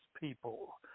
people